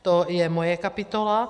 To je moje kapitola.